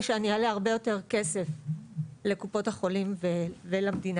שאני אעלה הרבה יותר כסף לקופות החולים ולמדינה,